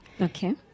Okay